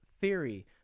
theory